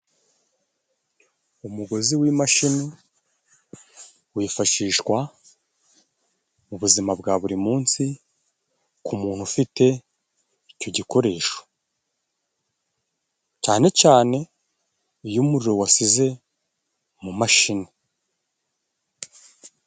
Umugozi w'imashini wifashishwa mu buzima bwa buri munsi, ku muntu ufite icyo gikoresho. Cyane cyane iyo umuriro washize mu mashini.